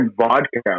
vodka